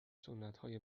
سنتهای